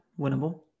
winnable